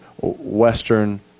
Western